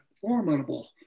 formidable